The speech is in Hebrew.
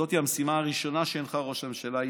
זאת המשימה הראשונה שהנחה ראש הממשלה,